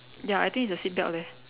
ya I think it's the seatbelt leh